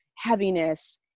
heaviness